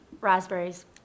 Raspberries